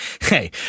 hey